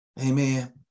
Amen